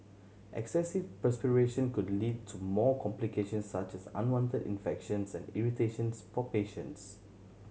excessive perspiration could lead to more complications such as unwanted infections and irritations for patients